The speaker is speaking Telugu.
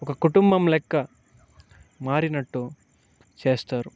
ఒక కుటుంబం లెక్క మారినట్టు చేస్తారు